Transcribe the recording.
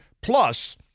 plus